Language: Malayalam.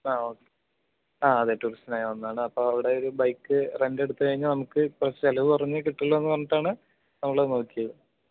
ആ ഓക്കെ ആ അതെ ടൂറിസ്റ്റിനായി വന്നതാണ് അപ്പോൾ ഇവിടെ ഒരു ബൈക്ക് റെൻ്റ് എടുത്ത് കഴിഞ്ഞാൽ നമുക്ക് കുറച്ച് ചിലവ് കുറഞ്ഞ് കിട്ടുമല്ലോ എന്ന് പറഞ്ഞിട്ടാണ് നമ്മൾ അത് നോക്കിയത്